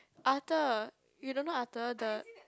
Arthur you don't know Arthur the